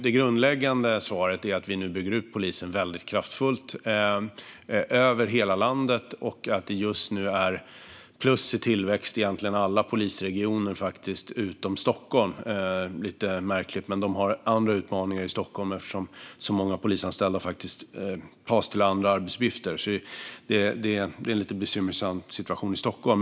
Det grundläggande svaret är alltså att vi nu bygger ut polisen väldigt kraftfullt över hela landet och att det just nu faktiskt är plus i tillväxten i egentligen alla polisregioner - utom i Stockholm, vilket är lite märkligt. De har dock andra utmaningar i Stockholm eftersom så många polisanställda faktiskt tas till andra arbetsuppgifter. Det är därför en lite bekymmersam situation i Stockholm.